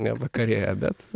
nevakarėja bet